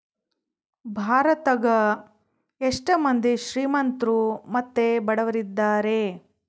ಭಾರತದಗ ಎಷ್ಟ ಮಂದಿ ಶ್ರೀಮಂತ್ರು ಮತ್ತೆ ಬಡವರಿದ್ದಾರೆ?